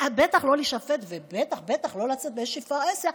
בטח לא להישפט ובטח בטח לא לצאת באיזושהי פרהסיה,